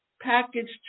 packaged